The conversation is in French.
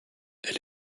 elle